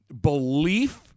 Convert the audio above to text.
belief